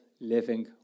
living